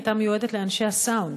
הייתה מיועדת לאנשי הסאונד.